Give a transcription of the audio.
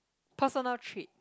personal trait